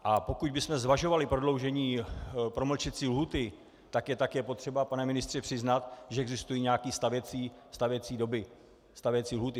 A pokud bychom zvažovali prodloužení promlčecí lhůty, tak je také potřeba, pane ministře, přiznat, že existují nějaké stavěcí doby, stavěcí lhůty.